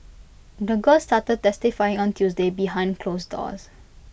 the girl started testifying on Tuesday behind closed doors